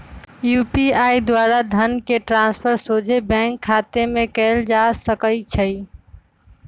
UPI द्वारा धन के ट्रांसफर सोझे बैंक खतामें कयल जा सकइ छै